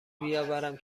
بیاورم